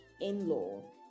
in-law